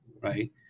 right